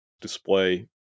display